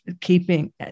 keeping